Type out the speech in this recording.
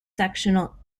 sectional